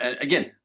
again